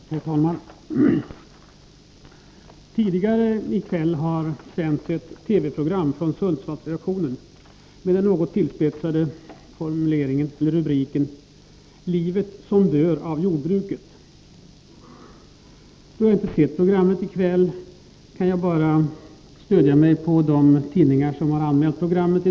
Herr talman! Tidigare i kväll sändes ett TV-program från Sundsvallsredaktionen under den något tillspetsade rubriken Livet som dör av jordbruket. Då jag inte sett programmet i kväll kan jag bara stödja mig på de tidningar som anmält programmet.